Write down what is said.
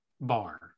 Bar